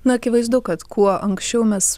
na akivaizdu kad kuo anksčiau mes